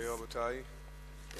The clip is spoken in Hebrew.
רבותי,